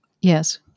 Yes